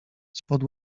spod